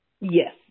Yes